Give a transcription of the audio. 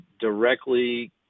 directly